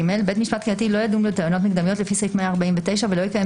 בית משפט קהילתי לא ידון בטענות מקדמיות לפי סעיף 149ולא יקיים